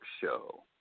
Show